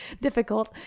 difficult